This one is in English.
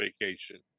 vacation